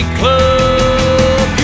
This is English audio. club